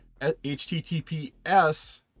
https